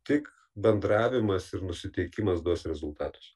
tik bendravimas ir nusiteikimas duos rezultatus